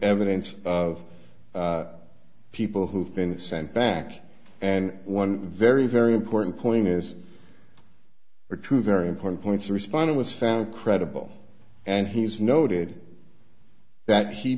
evidence of people who've been sent back and one very very important point is for two very important points to respond it was found credible and he's noted that he